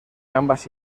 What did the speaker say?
ambas